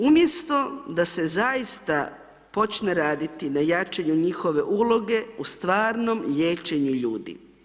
Umjesto da se zaista počne raditi na jačanju njihove uloge u stvarnom liječenju ljudi.